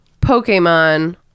Pokemon